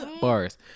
Bars